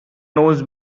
knows